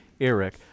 Eric